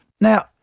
Now